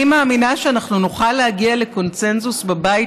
אני מאמינה שאנחנו נוכל להגיע לקונסנזוס בבית